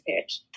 pitch